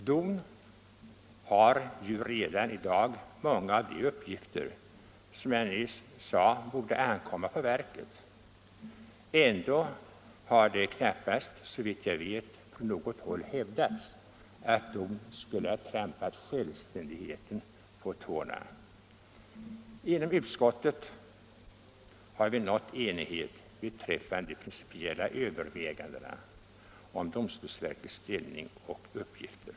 DON har redan i dag många av de uppgifter som jag nyss sade borde ankomma på verket. Ändå har det såvitt jag vet inte från något håll hävdats att DON skulle ha trampat självständigheten på tårna. Inom utskottet har vi nått enighet beträffande de principiella övervägandena om domstolsverkets ställning och uppgifter.